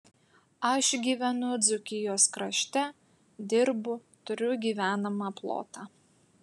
aš gyvenu dzūkijos krašte dirbu turiu gyvenamą plotą